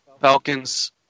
Falcons